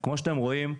כמו שאתם רואים,